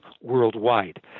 worldwide